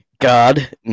God